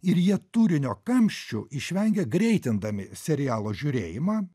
ir jie turinio kamščių išvengia greitindami serialo žiūrėjimą